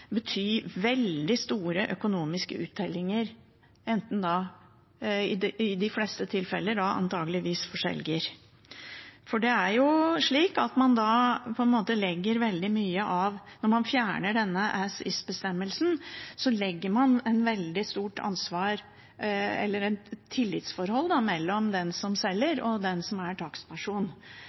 veldig store økonomiske uttellinger, i de fleste tilfeller antakeligvis for selger. Når man fjerner denne «as is»-bestemmelsen, legger man et veldig stort ansvar – det blir et tillitsforhold mellom den som selger, og den som er takstperson.